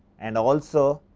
and also